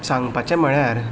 सांगपाचें म्हळ्यार